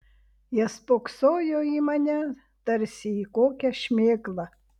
jie spoksojo į mane tarsi į kokią šmėklą